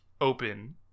open